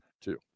two